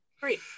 Great